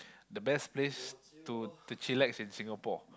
the best place to to chillax in Singapore